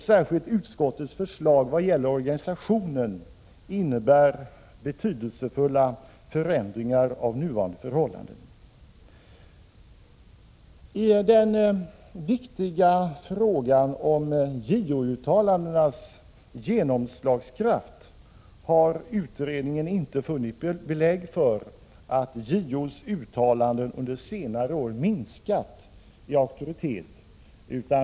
Särskilt utskottets förslag i vad gäller organisationen innebär betydelsefulla förändringar av nuvarande förhållanden. I den viktiga frågan om JO uttalandenas genomslagskraft har utredningen inte funnit belägg för att JO:s uttalanden under senare år minskat i auktoritet.